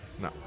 No